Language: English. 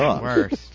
worst